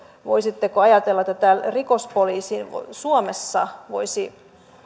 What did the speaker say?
voisitteko ajatella että rikospoliisi suomessa voisi